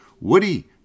Woody